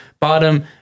bottom